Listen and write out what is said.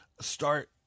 start